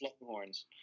Longhorns